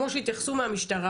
כמו שהתייחסו מהמשטרה,